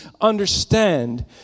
understand